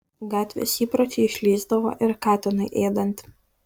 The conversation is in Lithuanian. gatvės įpročiai išlįsdavo ir katinui ėdant